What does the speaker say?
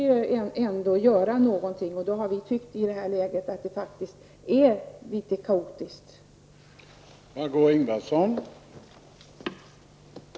Mot den bakgrunden tycker vi att man faktiskt kan tala om ett något kaotiskt läge.